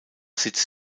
sitz